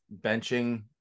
benching